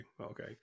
Okay